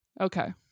okay